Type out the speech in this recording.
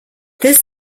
this